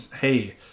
Hey